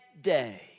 day